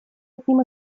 одним